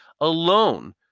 alone